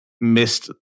missed